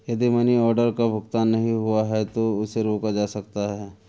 यदि money order का भुगतान नहीं हुआ है तो उसे रोका जा सकता है